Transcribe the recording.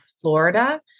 Florida